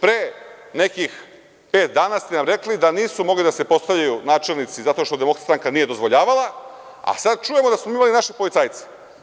Pre nekih pet dana ste nam rekli da nisu mogli da se postavljaju načelnici zato što DS nije dozvoljavala, a sada čujemo da smo imali naše policajce.